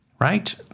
right